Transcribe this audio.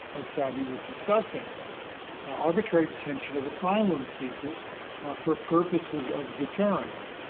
as sabi was discussing arbitrary detention of asylum seekers for purposes of deterrence.